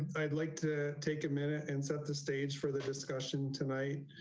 i'd like to take a minute and set the stage for the discussion tonight.